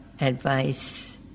advice